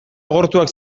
agortuak